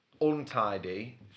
untidy